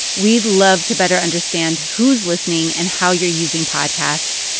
we'd love to better understand who's listening and how you're using podcasts.